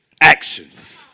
actions